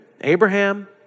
Abraham